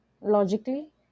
logically